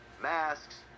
masks